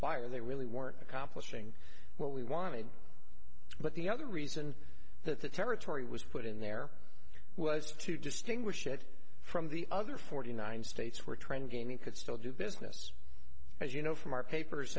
expire they really weren't accomplishing what we wanted but the other reason that the territory was put in there was to distinguish it from the other forty nine states were trying again we could still do business as you know from our papers